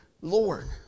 Lord